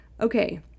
okay